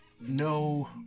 no